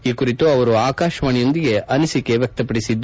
ಈ ಕುರಿತು ಅವರು ಆಕಾಶವಾಣಿಯೊಂದಿಗೆ ಅನಿಶಿಕೆ ವ್ಯಕ್ತಪಡಿಸಿದರು